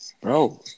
Bro